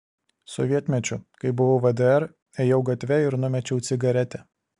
sovietmečiu kai buvau vdr ėjau gatve ir numečiau cigaretę